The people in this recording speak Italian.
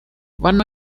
vanno